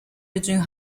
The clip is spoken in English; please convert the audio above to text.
between